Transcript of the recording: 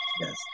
Yes